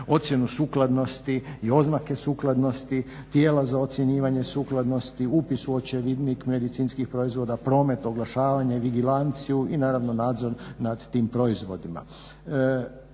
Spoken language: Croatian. ocjenu sukladnosti i oznake sukladnosti tijela za ocjenjivanje sukladnosti, upis u očevidnik medicinskih proizvoda, promet, oglašavanje, vigilanciju i naravno nadzor nad tim proizvodima.